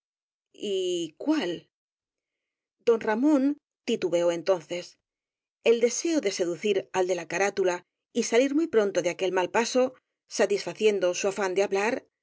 cuál don ramón titubeó entonces el deseo de sedu cir al de la carátula y salir pronto de aquel mal paso satisfaciendo su afán de hablar de